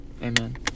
Amen